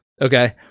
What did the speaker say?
Okay